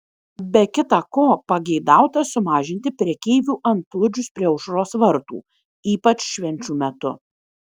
be kita ko pageidauta sumažinti prekeivių antplūdžius prie aušros vartų ypač švenčių metu